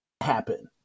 happen